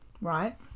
Right